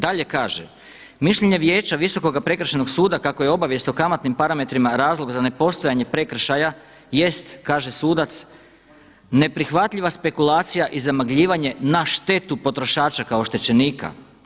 Dalje kaže, mišljenje Vijeća Visokoga prekršajnog suda kako je obavijest o kamatnim parametrima razlog za nepostojanje prekršaja jest kaže sudac neprihvatljiva spekulacija i zamagljivanje na štetu potrošača kao oštećenika.